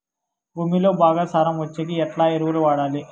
భూమిలో బాగా సారం వచ్చేకి ఎట్లా ఎరువులు వాడాలి?